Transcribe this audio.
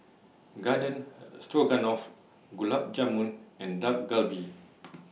Garden Stroganoff Gulab Jamun and Dak Galbi